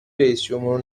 رییسجمهور